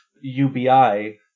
ubi